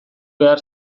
behar